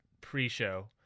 pre-show